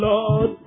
Lord